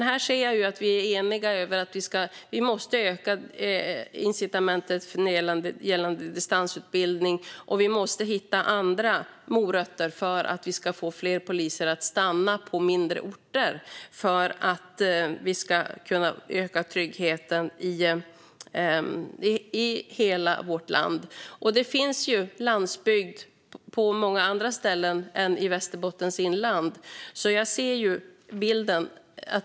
Jag ser att vi är eniga om att vi måste förbättra incitamentet gällande distansutbildning, och vi måste hitta andra morötter så att vi får fler poliser att stanna på mindre orter och för att vi ska kunna öka tryggheten i hela vårt land. Det finns landsbygd på många andra ställen än i Västerbottens inland.